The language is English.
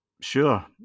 sure